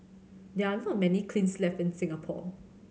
there are not many kilns left in Singapore